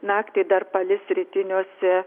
naktį dar palis rytiniuose